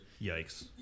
Yikes